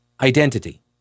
identity